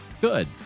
Good